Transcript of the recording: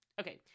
Okay